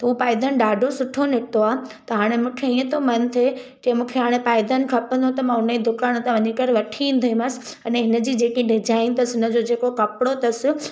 त उहो पायदानु ॾाढो सुठो निकितो आहे त हाणे मूंखे ईअं थो मनु थिए की मूंखे हाणे पायदानु खपंदो त मां उन ई दुकानु ते वञी करे वठी ईंदीमास अने हिन जी जेकी डिजाइन अथस उनजो जेको कपिड़ो अथस